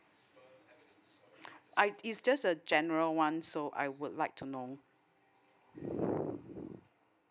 I is just a general one so I would like to know